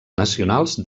nacionals